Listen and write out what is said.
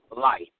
life